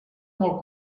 molt